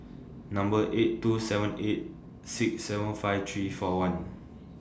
Number eight two seven eight six seven five three four one